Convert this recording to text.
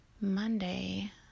Monday